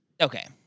Okay